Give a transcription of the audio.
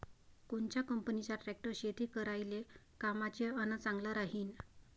कोनच्या कंपनीचा ट्रॅक्टर शेती करायले कामाचे अन चांगला राहीनं?